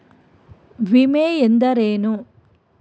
ವಿಮೆ ಎಂದರೇನು?